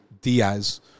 Diaz